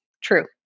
True